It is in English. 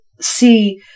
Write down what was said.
see